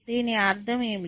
దీని అర్థం ఏమిటి